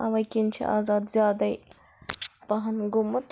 اَوَے کِنۍ چھِ اَز اتھ زیادَے پَہَم گوٚمُت